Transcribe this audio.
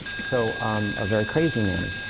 so um a very crazy nanny.